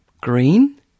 Green